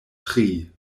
tri